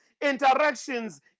interactions